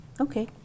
Okay